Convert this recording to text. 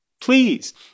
please